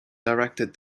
directed